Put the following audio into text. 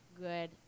good